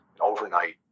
overnight